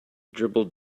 dribbled